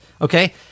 Okay